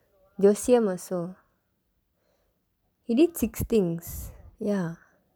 ஜோசியம்:joosiyam also he did six things ya